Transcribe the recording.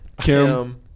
Kim